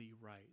right